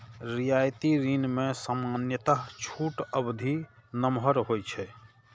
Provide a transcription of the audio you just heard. रियायती ऋण मे सामान्यतः छूट अवधि नमहर होइ छै